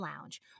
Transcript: Lounge